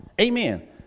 Amen